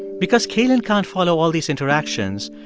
because cailin can't follow all these interactions,